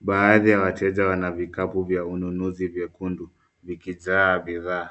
Baadhi ya wateja wana vikapu vya ununuzi vyekundu, vikijaa bidhaa.